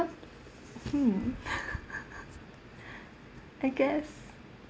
hmm I guess